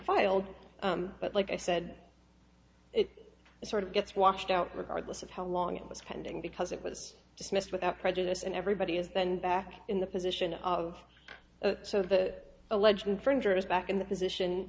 filed but like i said it sort of gets washed out regardless of how long it was pending because it was dismissed without prejudice and everybody is then back in the position of so the alleged infringer is back in the position